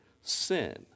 sin